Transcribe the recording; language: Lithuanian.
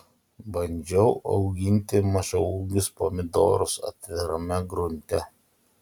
bandžiau auginti mažaūgius pomidorus atvirame grunte